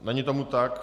Není tomu tak.